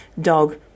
dog